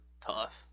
tough